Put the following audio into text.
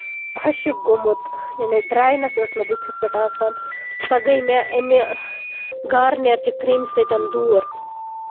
خۄشک گوٚومُت یعنی ڈراےنیٚس ٲسۍ مےٚ بٕتھِس پٮ۪ٹھ آسان سۄ گٔے مےٚ اَمہِ گارنِیرچہِ کریٖمہِ سۭتۍ دوٗر